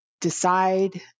decide